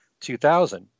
2000